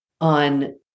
on